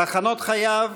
תחנות חייו